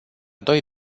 doi